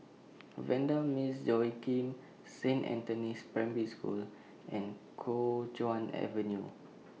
Vanda Miss Joaquim Saint Anthony's Primary School and Kuo Chuan Avenue